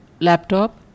laptop